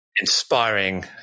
inspiring